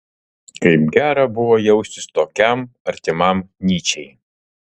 kaip gera buvo jaustis tokiam artimam nyčei